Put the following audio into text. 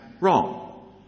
wrong